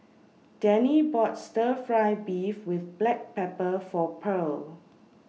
Dennie bought Stir Fry Beef with Black Pepper For Purl